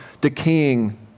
decaying